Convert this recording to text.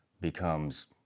becomes